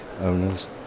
owners